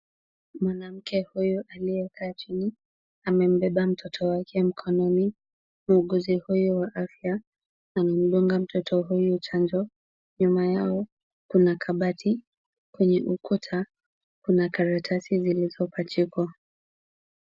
Mwanamke huyu aliyekaa chini amembeba mtoto wake mkononi. Muuguzi huyu wa afya anamdunga mtoto huyu chanjo. Nyuma yao kuna kabati kwenye ukuta kuna karatasi zilizopachikwa.